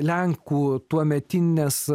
lenkų tuometinės